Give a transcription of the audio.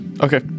Okay